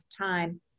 time